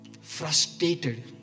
frustrated